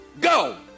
go